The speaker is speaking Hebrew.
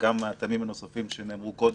וגם מהטעמים הנוספים שנאמרו קודם,